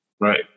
Right